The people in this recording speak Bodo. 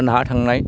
नाहा थांनाय